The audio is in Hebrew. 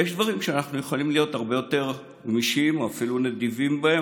ויש דברים שאנחנו יכולים להיות הרבה יותר גמישים או אפילו נדיבים בהם,